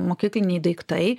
mokykliniai daiktai